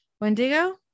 Wendigo